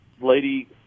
lady